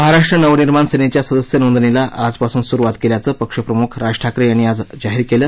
महाराष्ट नवनिर्माण सेनेच्या सदस्य नोंदणीला आज पासून सुरूवात केल्याचं पक्षप्रमुख राज ठाकरे यांनी आज जाहीर केलं